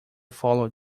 follow